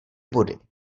body